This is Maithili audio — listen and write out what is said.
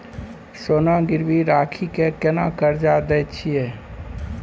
सोना गिरवी रखि के केना कर्जा दै छियै?